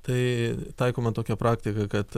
tai taikoma tokia praktika kad